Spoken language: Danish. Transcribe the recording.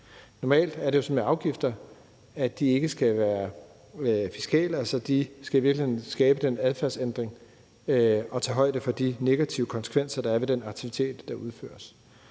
Normalt er det sådan med afgifter, at de ikke skal være fiskale, de skal altså i virkeligheden skabe den adfærdsændring og tage højde for de negative konsekvenser, der er ved den aktivitet, der udføres.